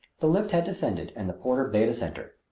the lift had descended and the porter bade us enter.